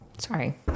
Sorry